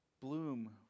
bloom